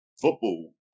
football